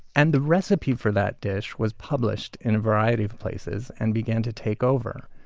and the recipe for that dish was published in a variety of places and began to take over.